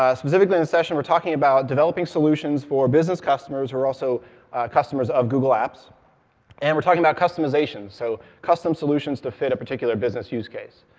ah specifically in this session, we're talking about developing solutions for business customers who are also customers of google apps and we're talking about customization, so custom solutions to fit a particular business use case.